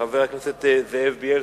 חבר הכנסת זאב בילסקי,